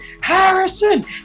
Harrison